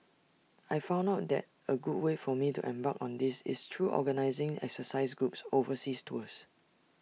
I found out that A good way for me to embark on this is through organising exercise groups overseas tours